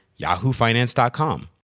yahoofinance.com